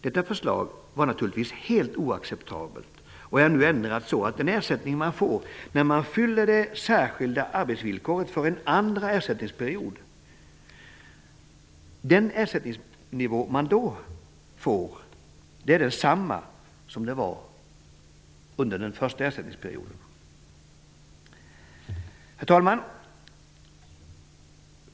Detta förslag var naturligtvis helt oacceptabelt och är nu ändrat så att den ersättning man får när man uppfyller det särskilda arbetsvillkoret för en andra ersättningsperiod ligger på samma nivå som under den första ersättningsperioden. Herr talman!